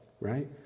right